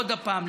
עוד פעם,